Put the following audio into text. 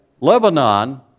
Lebanon